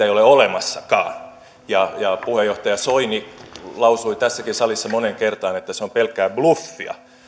ei ole olemassakaan ja ja puheenjohtaja soini lausui tässäkin salissa moneen kertaan että ne ovat pelkkää bluffia